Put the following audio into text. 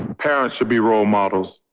and parents should be role models